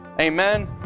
Amen